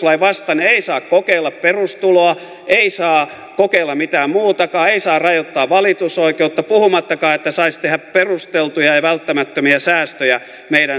ei saa kokeilla perustuloa ei saa kokeilla mitään muutakaan ei saa rajoittaa valitusoikeutta puhumattakaan että saisi tehdä perusteltuja ja välttämättömiä säästöjä meidän sosiaaliturvajärjestelmässämme